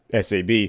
SAB